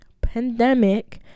pandemic